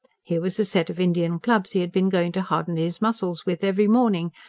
here was a set of indian clubs he had been going to harden his muscles with every morning,